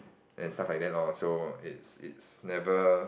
and stuff like that lor so it's it's never